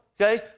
okay